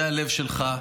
זה הלב שלך,